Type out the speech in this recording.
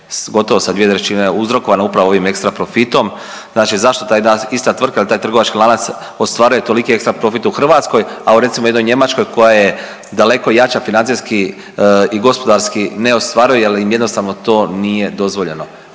gotovo sa dvije trećine uzrokovana upravo ovim ekstra profitom. Znači zašto ta jedna ista tvrtka ili taj trgovački lanac ostvaruje toliki ekstra profit u Hrvatskoj, a u recimo jednoj Njemačkoj koja je daleko jača financijski i gospodarski ne ostvaruje, jer im jednostavno to nije dozvoljeno.